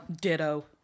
Ditto